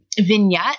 vignette